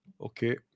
Okay